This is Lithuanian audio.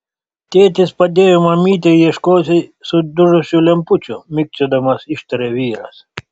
tėtis padėjo mamytei ieškoti sudužusių lempučių mikčiodamas ištarė vyras